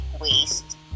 waste